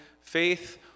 faith